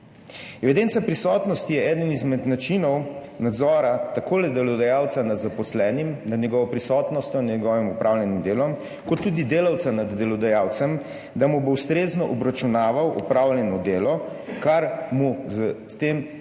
Evidenca prisotnosti je tako eden izmed načinov nadzora delodajalca nad zaposlenim, nad njegovo prisotnostjo in njegovim opravljenim delom, kot tudi delavca nad delodajalcem, da mu bo ustrezno obračunaval opravljeno delo, kar mu s to novelo